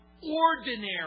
ordinary